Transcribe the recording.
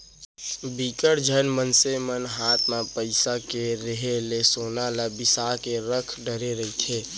बिकट झन मनसे मन हात म पइसा के रेहे ले सोना ल बिसा के रख डरे रहिथे